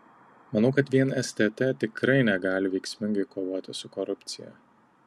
manau kad vien stt tikrai negali veiksmingai kovoti su korupcija